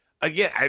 Again